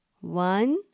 One